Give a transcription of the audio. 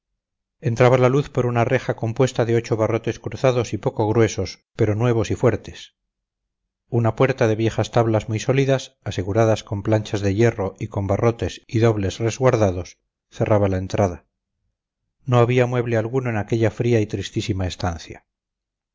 maderamen entraba la luz por una reja compuesta de ocho barrotes cruzados y poco gruesos pero nuevos y fuertes una puerta de viejas tablas muy sólidas aseguradas con planchas de hierro y con barrotes y dobles resguardados cerraba la entrada no había mueble alguno en aquella fría y tristísima estancia